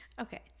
Okay